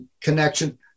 connection